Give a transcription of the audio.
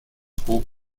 hob